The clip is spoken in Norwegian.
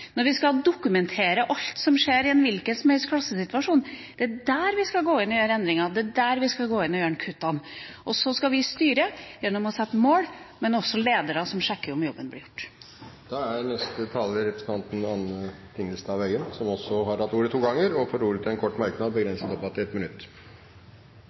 når vi skal dokumentere alt som skjer i en hvilken som helst klassesituasjon – at det er der vi skal gå inn og gjøre endringer. Det er der vi skal gå inn og gjøre kuttene. Og så skal vi styre gjennom å sette mål, men også gjennom ledere som sjekker om jobben blir gjort. Representanten Anne Tingelstad Wøien har hatt ordet to ganger tidligere og får ordet til en kort merknad, begrenset til 1 minutt.